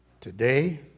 Today